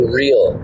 real